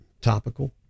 topical